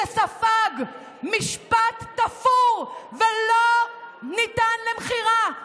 שספג משפט תפור ולא ניתן למכירה.